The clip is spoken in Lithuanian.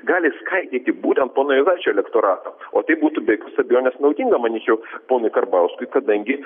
gali skaidyti būtent pono juozaičio lektoratą o tai būtų be jokios abejonės naudinga manyčiau ponui karbauskiui kadangi